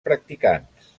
practicants